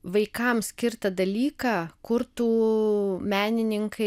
vaikams skirtą dalyką kurtų menininkai